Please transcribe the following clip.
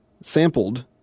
sampled